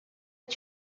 est